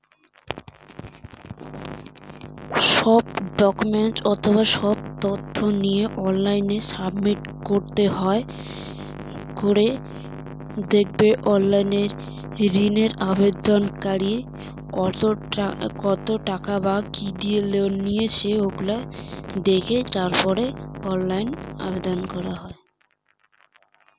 ঋনের আবেদন কিভাবে অনলাইনে করা যায়?